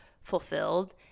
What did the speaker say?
fulfilled